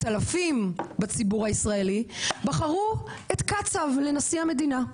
אלפים בציבור הישראלי בחרו את קצב לנשיא המדינה.